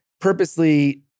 purposely